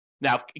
Now